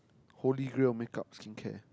holy grail makeup skincare